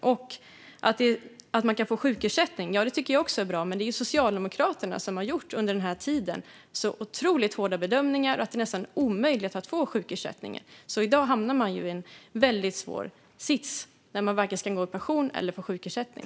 Att man ska kunna få sjukersättning tycker jag också är bra, men det är ju under Socialdemokraternas tid vid makten som bedömningarna har varit så hårda att det är nästan omöjligt att få sjukersättning. I dag hamnar man alltså i en väldigt svår sits när man varken kan gå i pension eller få sjukersättning.